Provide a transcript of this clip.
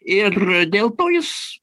ir dėl to jis